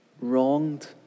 wronged